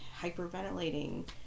hyperventilating